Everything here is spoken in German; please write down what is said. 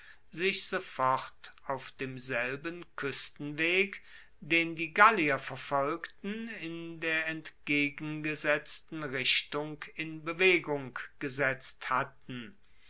sich sofort auf demselben kuestenweg den die gallier verfolgten in der entgegengesetzten richtung in bewegung gesetzt hatten